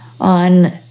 on